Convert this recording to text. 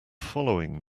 following